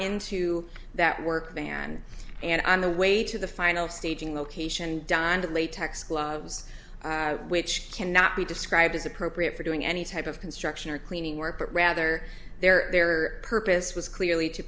into that work van and on the way to the final staging location donned latex gloves which cannot be described as appropriate for doing any type of construction or cleaning work but rather their purpose was clearly to